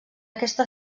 aquesta